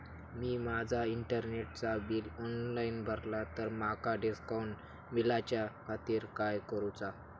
मी माजा इंटरनेटचा bill online भरला तर माका डिस्काउंट मिलाच्या खातीर काय करुचा?